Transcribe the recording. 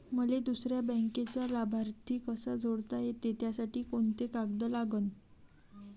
मले दुसऱ्या बँकेचा लाभार्थी कसा जोडता येते, त्यासाठी कोंते कागद लागन?